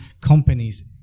companies